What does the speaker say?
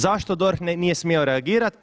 Zašto DORH nije smio reagirati?